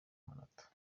amanota